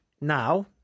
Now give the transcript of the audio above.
now